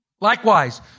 Likewise